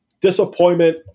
Disappointment